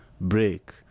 break